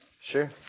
Sure